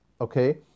okay